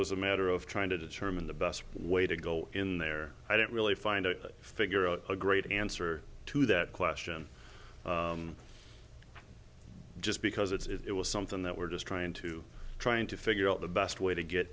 was a matter of trying to determine the best way to go in there i didn't really find a figure out a great answer to that question just because it's it was something that we're just trying to trying to figure out the best way to get